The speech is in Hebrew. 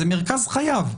זה מרכז חייו.